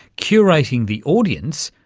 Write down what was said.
curating the audience,